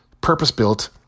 purpose-built